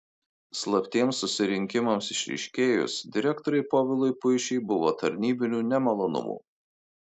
slaptiems susirinkimams išryškėjus direktoriui povilui puišiui buvo tarnybinių nemalonumų